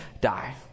die